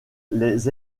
les